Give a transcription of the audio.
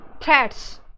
threats